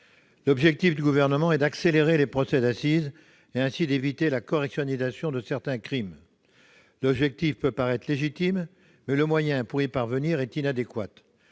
L'objectif du Gouvernement est d'accélérer les procès d'assises et d'éviter ainsi la correctionnalisation de certains crimes. Un tel objectif peut paraître légitime, mais le moyen pour y parvenir est inadéquat.